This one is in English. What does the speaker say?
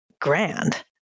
grand